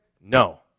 No